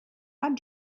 had